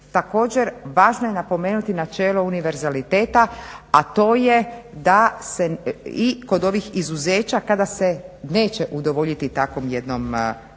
također važno je napomenuti načelo univerzaliteta a to je da se i kod ovih izuzeća kada se neće udovoljiti takvom jednom